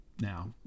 now